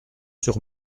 sur